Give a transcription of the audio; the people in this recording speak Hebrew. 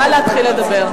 נא להתחיל לדבר.